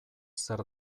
zer